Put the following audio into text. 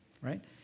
right